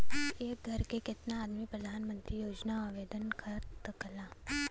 एक घर के केतना आदमी प्रधानमंत्री योजना खातिर आवेदन कर सकेला?